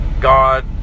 God